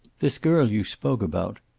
this girl you spoke about,